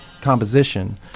composition